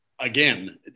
Again